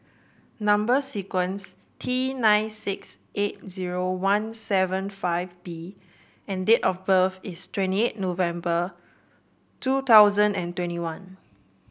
number sequence T nine six eight zero one seven five B and date of birth is twenty eight November two thousand and twenty one